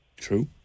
true